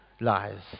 lies